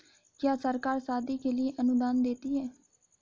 क्या सरकार शादी के लिए अनुदान देती है?